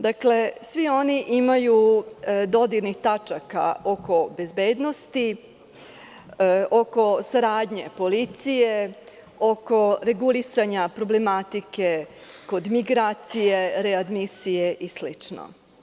Dakle, svi oni imaju dodirnih tačaka oko bezbednosti, oko saradnje policije, oko regulisanja problematike kod migracije, readmisije i slično.